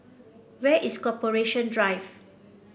where is Corporation Drive